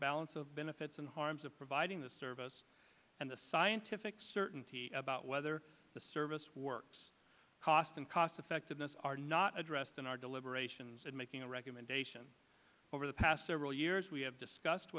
balance of benefits and harms of providing the service and the scientific certainty about whether the service works cost and cost effectiveness are not addressed in our deliberations and making a recommendation over the past several years we have discussed